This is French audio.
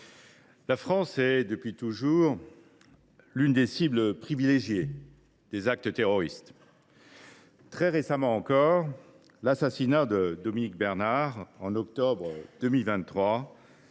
la France est, depuis toujours, l’une des cibles privilégiées des actes terroristes. Encore très récemment, l’assassinat de Dominique Bernard, en octobre 2023,